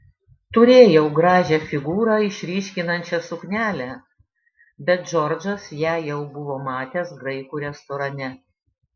turėjau gražią figūrą išryškinančią suknelę bet džordžas ją jau buvo matęs graikų restorane